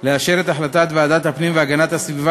לאשר את החלטת ועדת הפנים והגנת הסביבה